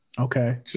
Okay